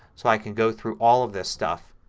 so i can go through all of this stuff